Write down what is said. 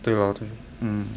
对 lor 对 mm